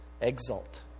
exult